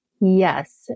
Yes